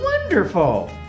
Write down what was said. wonderful